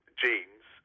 genes